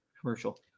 commercial